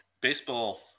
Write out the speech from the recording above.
baseball